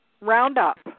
Roundup